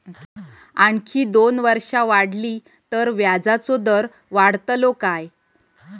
आणखी दोन वर्षा वाढली तर व्याजाचो दर वाढतलो काय?